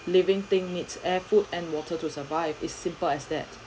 living thing needs air food and water to survive is simple as that